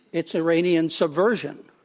it's iranian subversion.